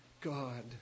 God